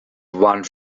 one